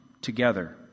together